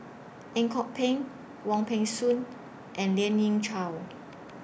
Ang Kok Peng Wong Peng Soon and Lien Ying Chow